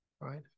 right